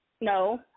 No